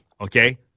okay